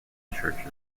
churches